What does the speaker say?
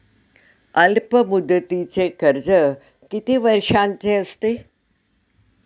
अल्पमुदतीचे कर्ज किती वर्षांचे असते?